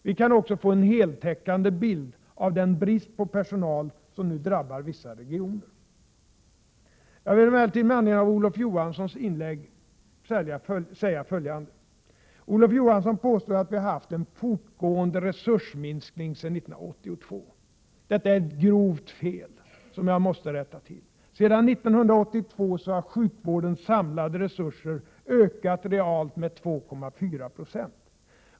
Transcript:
Vi kan också få en heltäckande bild av den brist på personal som nu drabbar vissa regioner. Med anledning av Olof Johanssons inlägg vill jag säga följande. Olof Johansson påstår att vi har haft en fortgående resursminskning sedan 1982. Detta är ett grovt fel som jag måste rätta till. Sedan 1982 har sjukvårdens samlade resurser ökat realt med 2,4 9.